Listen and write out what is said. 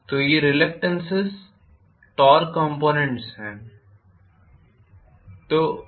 तो ये reluctance torque components हैं